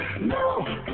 no